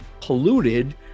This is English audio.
polluted